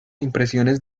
impresiones